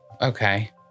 okay